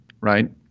Right